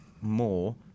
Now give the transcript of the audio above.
more